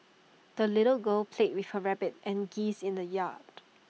the little girl played with her rabbit and geese in the yard